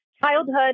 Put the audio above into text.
childhood